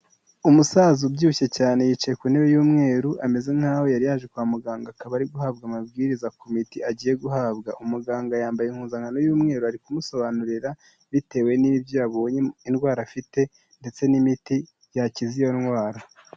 Umusaza ubyibushye cyane yicaye ku ntebe y'umweru, ameze nkaho yari yaje kwa muganga. Akaba ari guhabwa amabwiriza ku miti agiye guhabwa. Umuganga yambaye impuzankano y'umweru ari kumusobanurira, bitewe n'ibyo yabonye indwara afite, ndetse n'imiti yakiza iyo ndwara.